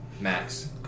max